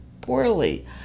poorly